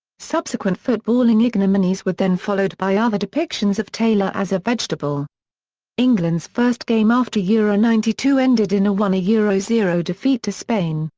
subsequent footballing ignominies were then followed by other depictions of taylor as a vegetable england's first game after euro ninety two ended in a one zero defeat to spain,